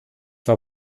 war